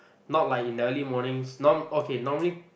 not like in the early mornings non okay normally